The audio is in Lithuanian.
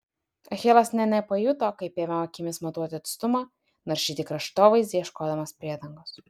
achilas nė nepajuto kaip ėmė akimis matuoti atstumą naršyti kraštovaizdį ieškodamas priedangos